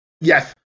yes